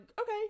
okay